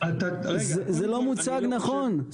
זה לא מוצג נכון.